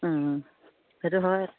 সেইটো হয়